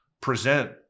present